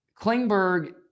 Klingberg